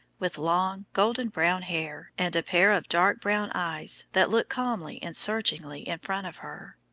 with long, golden-brown hair, and a pair of dark brown eyes that looked calmly and searchingly in front of her.